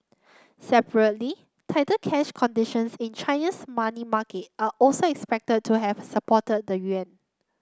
separately tighter cash conditions in Chinese money market are also expected to have supported the yuan